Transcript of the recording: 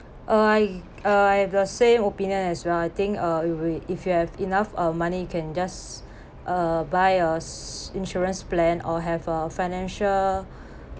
uh I uh I've the same opinion as well I think uh if we if you have enough uh money you can just uh buy a s~ insurance plan or have a financial